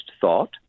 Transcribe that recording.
thought